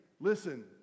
listen